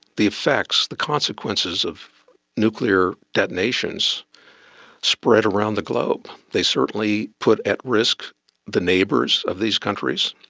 the effects, the consequences of nuclear detonations spread around the globe. they certainly put at risk the neighbours of these countries.